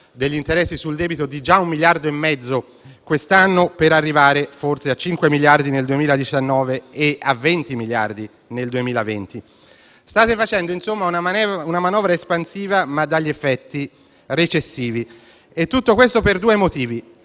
degli interessi sul debito, pari a già 1,5 miliardi quest'anno, per arrivare - forse - a 5 miliardi nel 2019 e a 20 miliardi nel 2020. Insomma, state facendo una manovra espansiva, ma dagli effetti recessivi. E tutto questo per due motivi: